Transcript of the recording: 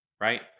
Right